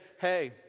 hey